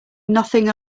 nothing